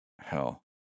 Hell